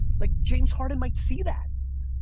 like james harden might see that.